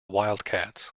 wildcats